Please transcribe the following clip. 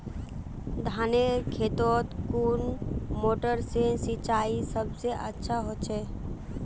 धानेर खेतोत कुन मोटर से सिंचाई सबसे अच्छा होचए?